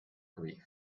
grief